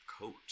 coat